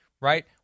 right